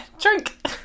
drink